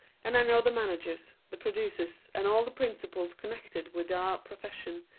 and i know the managers, the producers, and all the principals connected with our profession,